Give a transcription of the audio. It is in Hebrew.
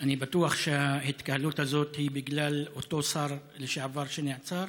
אני בטוח שההיתקלות הזאת היא בגלל אותו שר לשעבר שנעצר